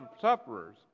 sufferers